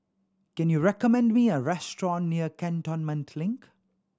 can you recommend me a restaurant near Cantonment Link